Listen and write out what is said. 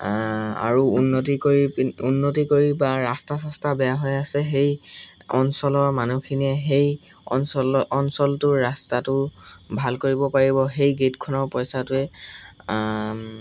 আৰু উন্নতি কৰি পি উন্নতি কৰি বা ৰাস্তা চাস্তা বেয়া হৈ আছে সেই অঞ্চলৰ মানুহখিনিয়ে সেই অঞ্চলৰ অঞ্চলটোৰ ৰাস্তাটো ভাল কৰিব পাৰিব সেই গেটখনৰ পইচাটোৱে